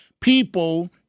people